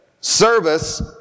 Service